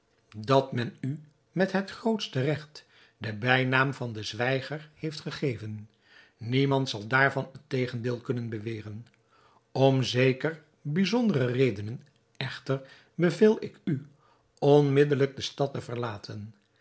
dat men u met het grootste regt den bijnaam van den zwijger heeft gegeven niemand zal daarvan het tegendeel kunnen beweren om zeker bijzondere redenen echter beveel ik u onmiddelijk de stad te verlaten